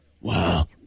Wow